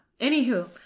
Anywho